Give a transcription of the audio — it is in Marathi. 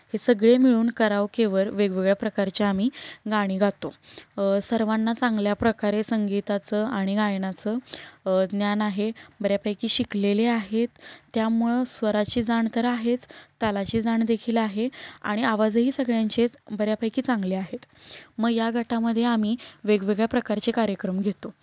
हे सगळे मिळून करावकेवर वेगवेगळ्या प्रकारची आम्ही गाणी गातो सर्वांना चांगल्या प्रकारे संगीताचं आणि गायनाचं ज्ञान आहे बऱ्यापैकी शिकलेले आहेत त्यामुळं स्वराची जाण तर आहेच तालाची जाणदेखील आहे आणि आवाजही सगळ्यांचेच बऱ्यापैकी चांगले आहेत मग या गटामध्ये आम्ही वेगवेगळ्या प्रकारचे कार्यक्रम घेतो